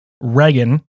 Reagan